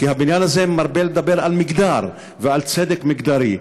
כי הבניין הזה מרבה לדבר על מגדר ועל צדק מגדרי,